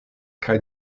kaj